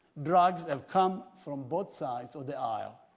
drugs have come from both sides of the isle.